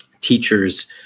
teachers